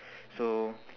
so